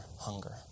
hunger